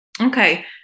Okay